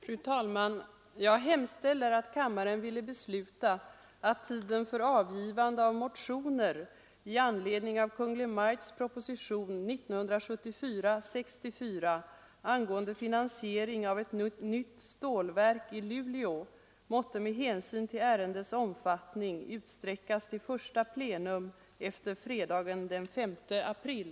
Fru talman! Jag hemställer att kammaren ville besluta att tiden för avgivande av motioner i anledning av Kungl. Maj:ts proposition 1974:64 angående finansiering av ett nytt stålverk i Luleå måtte med hänsyn till ärendets omfattning utsträckas till första plenum efter fredagen den 5 april.